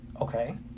Okay